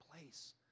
place